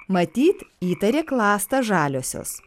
matyt įtarė klastą žaliosios